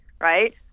right